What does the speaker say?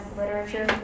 literature